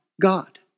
God